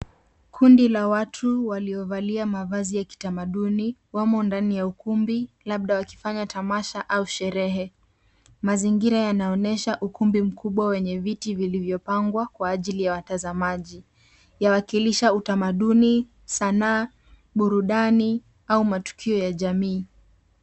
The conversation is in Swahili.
Kundi la watu waliovalia mavazi ya kitamaduni. Wamo ndani ya ukumbi labda wakifanya tamasha au sherehe. Mazingira yanaonyesha ukumbi mkubwa wenye viti vilivyopangwa kwa ajili ya watazamaji. Yawakilisha utamaduni, sanaa, burudani au matukio ya jamii.